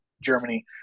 Germany